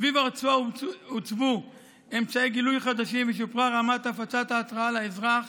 סביב הרצועה הוצבו אמצעי גילוי חדשים ושופרה רמת הפצת ההתרעה לאזרח,